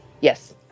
Yes